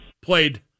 played